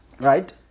Right